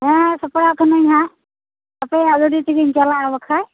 ᱦᱮᱸ ᱥᱟᱯᱲᱟᱜ ᱠᱟᱹᱱᱟᱹᱧ ᱦᱟᱸᱜ ᱟᱯᱮᱭᱟᱜ ᱜᱟᱰᱤ ᱛᱮᱜᱮᱧ ᱪᱟᱞᱟᱜᱼᱟ ᱵᱟᱠᱷᱟᱡ